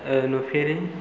ओह नुफेरै